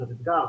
כיתות אתגר.